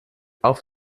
auf